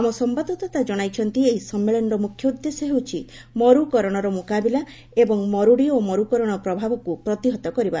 ଆମ ସମ୍ଭାଦଦାତା ଜଣାଇଛନ୍ତି ଏହି ସମ୍ମିଳନୀର ମୁଖ୍ୟ ଉଦ୍ଦେଶ୍ୟ ହେଉଛି ମରୁକରଣର ମୁକାବିଲା ଏବଂ ମରୁଡ଼ି ଓ ମରୁକରଣର ପ୍ରଭାବକୁ ପ୍ରତିହତ କରିବା